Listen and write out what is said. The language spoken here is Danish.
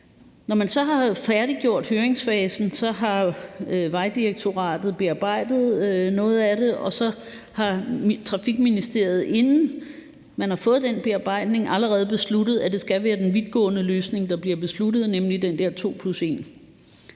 Når man så har færdiggjort høringsfasen, har Vejdirektoratet bearbejdet noget af det, og så har Transportministeriet, inden man har fået den bearbejdning, allerede besluttet, at det skal være den vidtgående løsning, der bliver besluttet, nemlig den der to plus